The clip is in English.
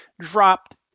dropped